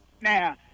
now